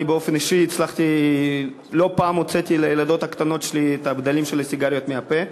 אני באופן אישי לא פעם הוצאתי לילדות הקטנות שלי את בדלי הסיגריות מהפה.